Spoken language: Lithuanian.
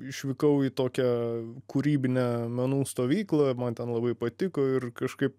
išvykau į tokią kūrybinę menų stovyklą man ten labai patiko ir kažkaip